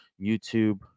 YouTube